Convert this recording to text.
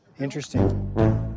Interesting